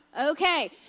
okay